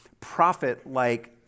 prophet-like